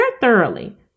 thoroughly